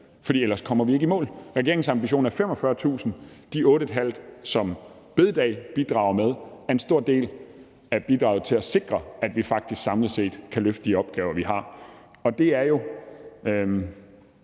for ellers kommer vi ikke i mål. Regeringens ambition er et arbejdsudbud på 45.000 flere personer. De 8.500, som bededag bidrager med, er en stor del af bidraget til at sikre, at vi faktisk samlet set kan løfte de opgaver, vi har, og det er jo